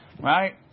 right